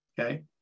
Okay